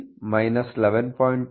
13 11